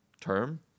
term